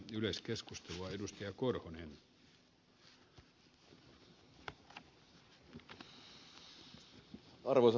arvoisa herra puhemies